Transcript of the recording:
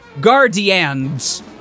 guardians